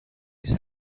his